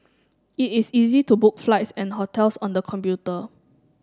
it is easy to book flights and hotels on the computer